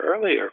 earlier